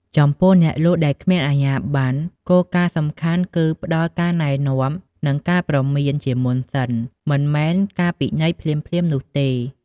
ចំពោះ អ្នកលក់ដែលគ្មានអាជ្ញាប័ណ្ណ គោលការណ៍សំខាន់គឺការផ្តល់ ការណែនាំ និងការព្រមាន ជាមុនសិន មិនមែនការពិន័យភ្លាមៗនោះទេ។